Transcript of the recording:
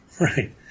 Right